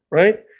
right?